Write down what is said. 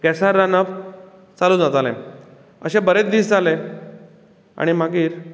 गेसार रांंदप चालू जातालें अशे बरेच दीस जाले आनी मागीर